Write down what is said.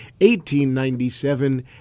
1897